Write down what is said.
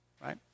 right